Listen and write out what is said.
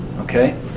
Okay